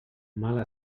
mala